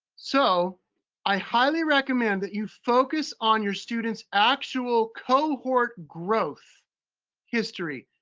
so i highly recommend that you focus on your student's actual cohort growth history.